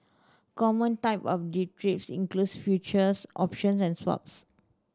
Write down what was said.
common type of derivatives includes futures options and swaps